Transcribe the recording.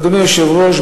אדוני היושב-ראש,